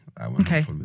Okay